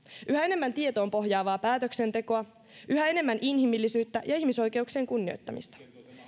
yhä enemmän tietoon pohjaavaa päätöksentekoa yhä enemmän inhimillisyyttä ja ihmisoikeuksien kunnioittamista